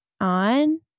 on